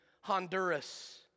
Honduras